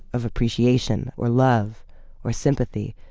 of appreciation or love or sympathy.